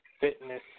Fitness